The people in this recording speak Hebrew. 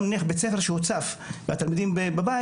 גם נניח בית ספר שהוצף והתלמידים בבית,